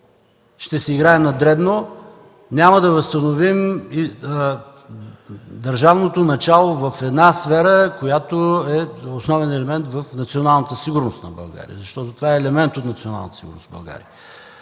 ще си играем на дребно, няма да възстановим и държавното начало в една сфера, която е основен елемент в националната сигурност на България. Защото това е елемент от националната сигурност в България.